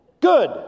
Good